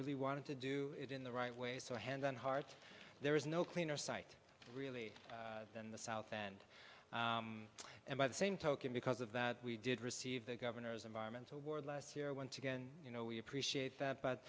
really wanted to do it in the right way so a hand on heart there is no cleaner site really than the south end and by the same token because of that we did receive the governor's environment award last year once again you know we appreciate that but